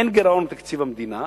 אין גירעון בתקציב המדינה,